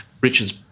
Richard's